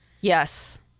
Yes